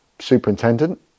superintendent